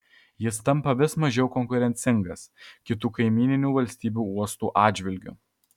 jis tampa vis mažiau konkurencingas kitų kaimyninių valstybių uostų atžvilgiu